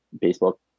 Baseball